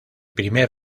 primer